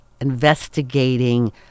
investigating